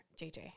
JJ